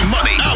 Money